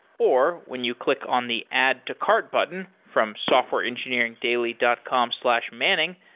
or when you click on the add to cart button from softwareengineeringdaily dot com slash manning,